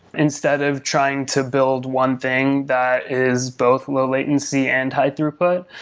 instead of trying to build one thing that is both low latency and high throughput,